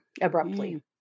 abruptly